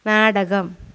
നാടകം